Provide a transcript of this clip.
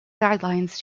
guidelines